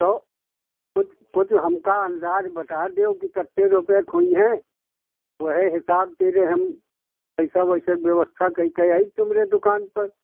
तो कुछ कुछ हमका अंदाज़ बता दो कि कितने रुपये के होइहें वहें हिसाब से जे हम पैसा वैसा के व्यवस्था कय के एब तुमरे दुकान पर